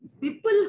people